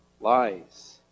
lies